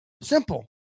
Simple